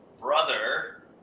brother